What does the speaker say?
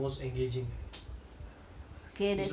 it's like when I was in secondary school right